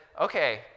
okay